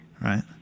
right